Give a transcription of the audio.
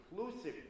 inclusive